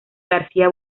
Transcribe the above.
garcía